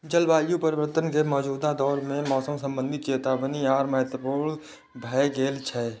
जलवायु परिवर्तन के मौजूदा दौर मे मौसम संबंधी चेतावनी आर महत्वपूर्ण भए गेल छै